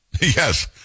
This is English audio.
Yes